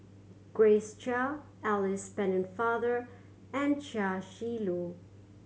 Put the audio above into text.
Grace Chia Alice Pennefather and Chia Shi Lu